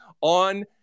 on